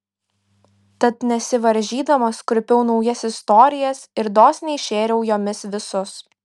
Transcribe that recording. tad nesivaržydamas kurpiau naujas istorijas ir dosniai šėriau jomis visus